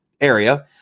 area